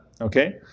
Okay